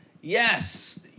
yes